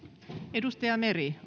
edustaja meri